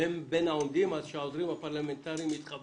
והם בין העומדים, אז שהעוזרים הפרלמנטרים יתכבדו